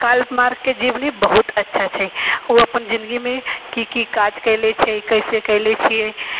Karl Marx के जीवनी बहुत अच्छा छै ओ अपन जिंदगी मे की की काज केले छै कैसे केले छियै